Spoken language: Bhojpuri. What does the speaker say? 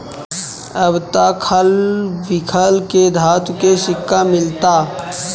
अब त खल बिखल के धातु के सिक्का मिलता